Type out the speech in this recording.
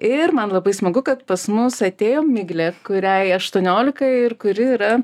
ir man labai smagu kad pas mus atėjo miglė kuriai aštuoniolika ir kuri yra